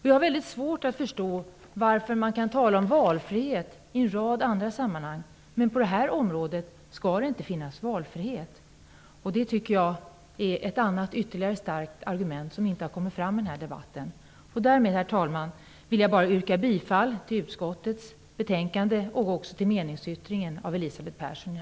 Jag har mycket svårt att förstå varför man kan tala om valfrihet i en rad andra sammanhang, men att det på det här området inte skall finnas valfrihet. Det tycker jag är ett annat starkt argument som inte har kommit fram i den här debatten. Därmed, herr talman, vill jag yrka bifall till utskottets hemställan och även till meningsyttringen av Elisabeth Persson.